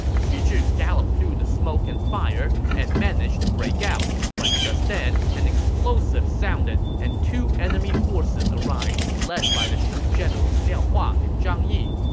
xu zhi galloped through the smoke and fire and managed to break out, but just then, an explosive sounded, and two enemy forces arrived, led by the shu generals liao hua and zhang yi.